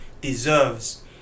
deserves